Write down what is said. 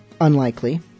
unlikely